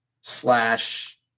slash